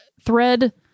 thread